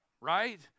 right